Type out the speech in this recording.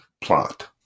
plot